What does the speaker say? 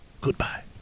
goodbye